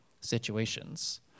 situations